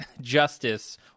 justice